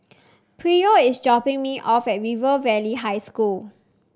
Pryor is dropping me off at River Valley High School